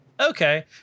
okay